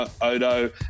Odo